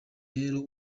rero